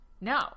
No